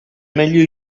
meglio